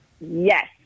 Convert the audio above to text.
yes